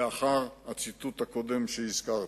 לאחר הציטוט הקודם שהזכרתי.